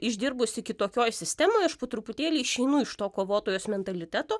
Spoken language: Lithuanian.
išdirbusi kitokioj sistemoj aš po truputėlį išeinu iš to kovotojos mentaliteto